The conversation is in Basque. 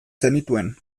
zenituen